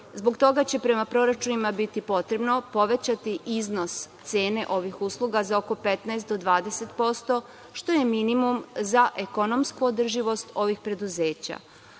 Zbog toga će, prema proračunima, biti potrebno povećati iznos cene ovih usluga za oko 15 do 20% što je minimum za ekonomsku održivost ovih preduzeća. Ovo